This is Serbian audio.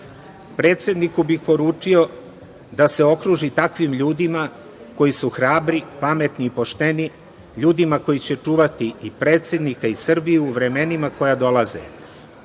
sinova. Predsedniku bih poručio da se okruži takvim ljudima koji su hrabri, pametni i pošteni, ljudima koji će čuvati i predsednika i Srbiju u vremenima koja dolaze.